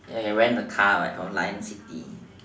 rent rent a car what from lion city